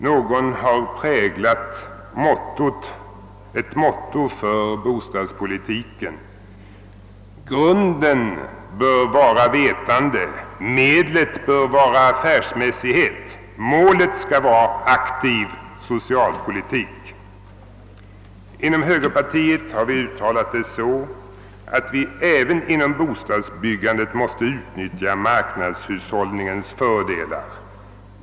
Någon har präglat ett motto för bostadspolitiken: »Grunden bör vara vetande, medlet bör vara affärsmässighet, målet skall vara aktiv socialpolitik.» Inom högerpartiet har vi uttalat det så, ait vi även inom bostadsbyggandet måste utnyttja marknadshushållningens fördelar.